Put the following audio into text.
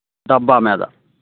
డబ్బా మీద